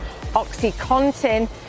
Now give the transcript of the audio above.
OxyContin